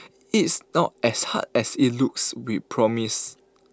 it's not as hard as IT looks we promise